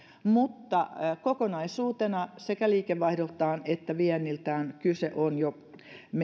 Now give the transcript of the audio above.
mutta kokonaisuutena sekä liikevaihdoltaan että vienniltään kyse on jo